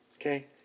okay